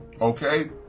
Okay